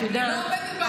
את יודעת,